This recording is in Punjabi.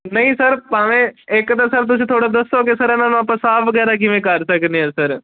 ਨਹੀਂ ਸਰ ਭਾਵੇਂ ਇੱਕ ਤਾਂ ਸਰ ਤੁਸੀਂ ਥੋੜ੍ਹਾ ਦੱਸੋਗੇ ਸਰ ਇਹਨਾਂ ਨੂੰ ਆਪਾਂ ਸਾਫ਼ ਵਗੈਰਾ ਕਿਵੇਂ ਕਰ ਸਕਦੇ ਹਾਂ ਸਰ